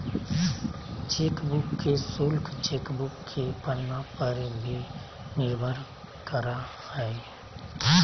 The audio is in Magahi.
चेकबुक के शुल्क चेकबुक के पन्ना पर भी निर्भर करा हइ